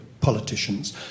politicians